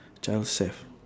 child self